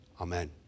Amen